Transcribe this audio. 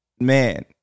man